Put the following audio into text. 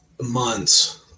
months